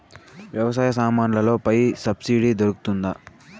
వ్యవసాయ సామాన్లలో పై సబ్సిడి దొరుకుతుందా?